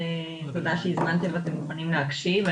תודה שהזמנתם ואתם מוכנים להקשיב.